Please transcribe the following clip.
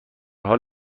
حال